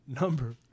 number